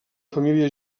família